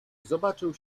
zobaczył